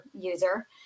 user